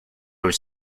was